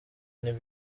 nti